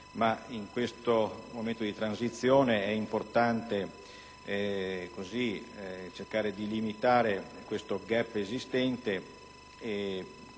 in questo momento di transizione è importante cercare di limitare il *gap* esistente e